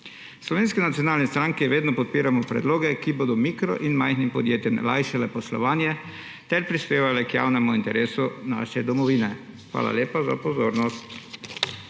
Slovenski nacionalni stranki vedno podpiramo predloge, ki bodo mikro- in majhnim podjetjem lajšale poslovanje ter prispevale k javnemu interesu naše domovine. Hvala lepa za pozornost.